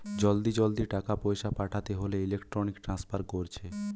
জলদি জলদি টাকা পয়সা পাঠাতে হোলে ইলেক্ট্রনিক ট্রান্সফার কোরছে